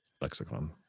lexicon